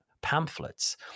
pamphlets